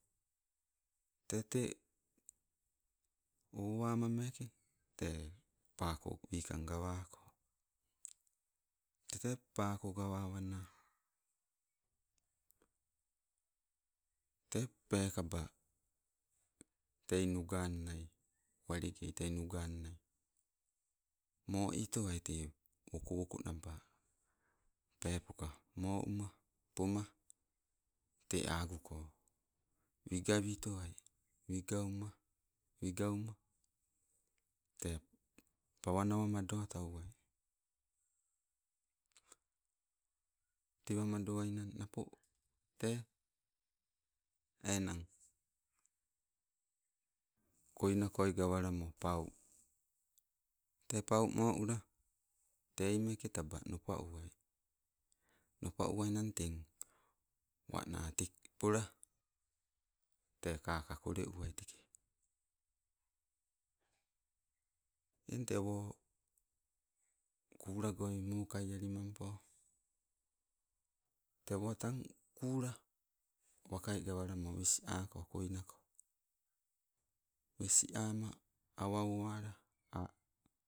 Tee te, owama meeke tee paako wikang gawako tete paako gawawana tee peekaba tei- nugannai walegei tei nugannai, moi towai tei woko woko naba. Peepoka mo uma poma tee aguko wigawitowai, wigauma, wigauma tee pawanawa madotauwai. Tewa madowai nnang napo, tee enang koinakoi gawalamo pau, te pau moula tei meke taba nopa uwai. Nopa uwai ninang teng wana te pola tee kaka kole uwai teke eng tewo kulagoi mokai alimampo, tewo tang kula, wakai gawalamo wes ako koinako wes ama awe owala a'